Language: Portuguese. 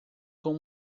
com